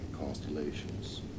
constellations